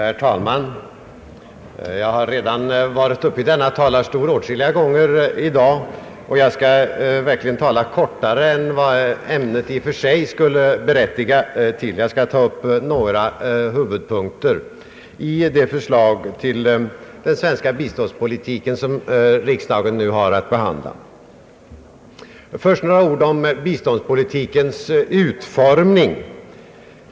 Herr talman! Jag har redan varit uppe i denna talarstol åtskilliga gånger i dag, och jag skall verkligen nu fatta mig kortare än ämnet i och för sig skulle berättiga. Jag skall ta upp några huvudpunkter i det förslag till den svenska biståndspolitiken som riksdagen nu har att behandla. Först vill jag säga några ord om biståndspolitikens utformning.